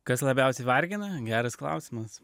kas labiausiai vargina geras klausimas